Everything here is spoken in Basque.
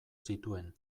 zituen